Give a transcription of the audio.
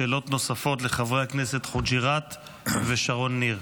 שאלות נוספות לחברי הכנסת חוג'יראת ושרון ניר.